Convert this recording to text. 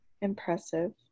impressive